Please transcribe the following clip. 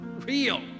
real